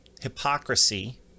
hypocrisy